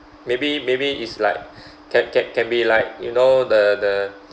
maybe maybe it's like can can can be like you know the the